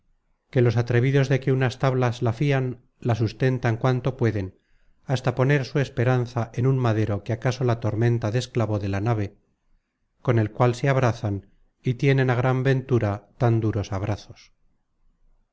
que los atrevidos que de unas tablas la fian la sustentan cuanto pueden hasta poner su esperanza en un madero que acaso la tormenta desclavó de la nave con el cual se abrazan y tienen á gran ventura tan duros abrazos